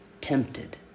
tempted